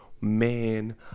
man